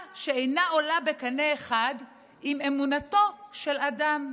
שאינה עולה בקנה אחד עם אמונתו של אדם.